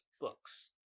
books